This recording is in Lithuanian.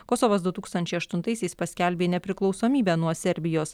kosovas du tūkstančiai aštuntaisiais paskelbė nepriklausomybę nuo serbijos